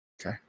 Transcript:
okay